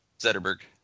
Zetterberg